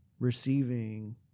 receiving